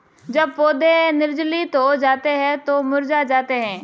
जब पौधे निर्जलित हो जाते हैं तो मुरझा जाते हैं